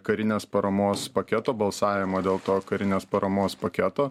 karinės paramos paketo balsavimo dėl to karinės paramos paketo